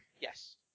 Yes